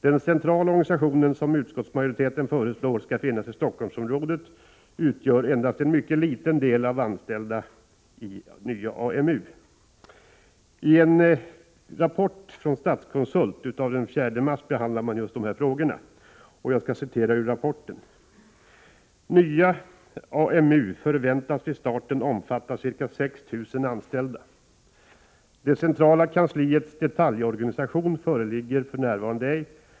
Den centrala organisationen, som utskottsmajoriteten föreslår skall vara lokaliserad till Stockholmsområdet, omfattar endast en mycket liten del av antalet anställda i nya AMU. I en rapport från Statskonsult av den 4 mars behandlas just dessa frågor. Jag citerar ur rapporten: ”Nya AMU förväntas vid starten omfatta ca 6 000 anställda. Det centrala kansliets detaljorganisation föreligger fn ej.